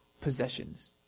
possessions